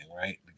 right